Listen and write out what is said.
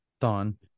Thon